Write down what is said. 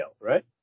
right